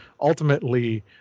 Ultimately